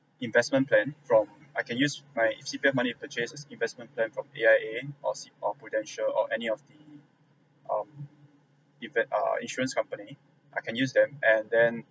investment plan from I can use my C_P_F money purchase as investment plan from A_I_A or see or Prudential or any of the um event uh insurance company I can use them and then